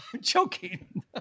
joking